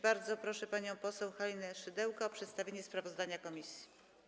Bardzo proszę panią poseł Halinę Szydełko o przedstawienie sprawozdania komisji.